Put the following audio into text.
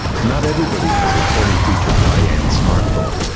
not everybody has a fully-featured high-end smart phone.